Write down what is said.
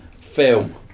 film